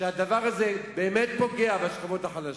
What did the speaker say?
שהדבר הזה באמת פוגע בשכבות החלשות,